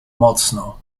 mocno